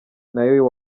nayo